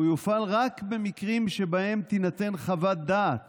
הוא יופעל רק במקרים שבהם תינתן חוות דעת